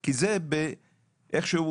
כי איכשהו